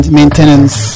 maintenance